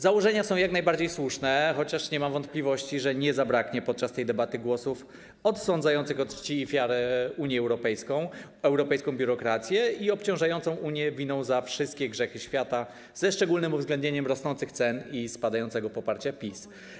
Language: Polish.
Założenia są jak najbardziej słuszne, chociaż nie mam wątpliwości, że nie zabraknie podczas tej debaty głosów odsądzających od czci i wiary Unię Europejską, europejską biurokrację i obciążających Unię winą za wszystkie grzechy świata ze szczególnym uwzględnieniem rosnących cen i spadającego poparcia PiS.